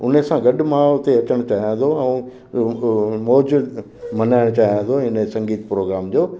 उन सां गॾु मां उते अचण चाहियां थो ऐं मौजु मल्हाइण चाहियां थो इन संगीत प्रोग्राम जो